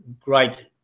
great